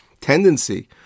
tendency